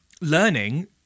learning